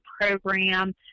program